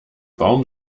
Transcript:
baum